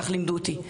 ככה לימדו אותי.